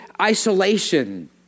isolation